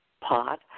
pot